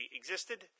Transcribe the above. existed